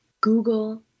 Google